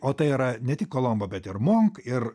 o tai yra ne tik kolombo bet ir monk ir